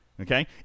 okay